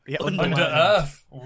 Under-earth